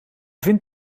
vindt